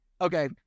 Okay